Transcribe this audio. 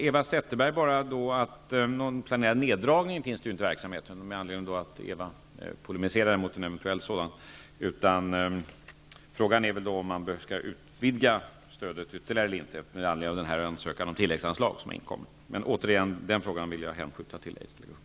Eva Zetterberg protesterade mot en eventuell neddragning av verksamheten. Det finns inga planer på neddragning av verksamheten. Frågan är om man skall utvidga stödet ytterligare eller inte med anledning av ansökan om tilläggsanslag som har inkommit. Men återigen: Den frågan vill jag hänskjuta till Aids-delegationen.